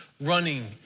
running